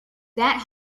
that